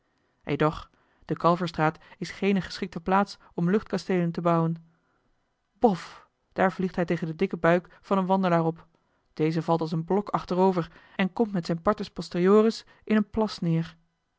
edoch de kalverstraat is geene geschikte plaats om luchtkasteel en te bouwen bof daar vliegt hij tegen den dikken buik van een wandelaar op deze valt als een blok achterover en komt met zijne partes posteriores in een plas neer